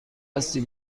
هستی